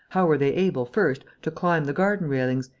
how were they able, first, to climb the garden railings,